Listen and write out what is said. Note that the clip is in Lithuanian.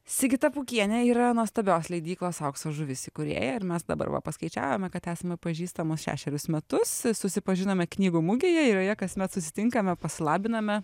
sigita pūkienė yra nuostabios leidyklos aukso žuvys įkūrėja ir mes dabar va paskaičiavome kad esame pažįstamos šešerius metus susipažinome knygų mugėje ir joje kasmet susitinkame pasilabiname